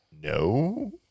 No